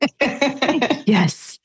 Yes